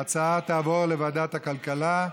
ההצעה תעבור לוועדת הכלכלה.